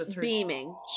beaming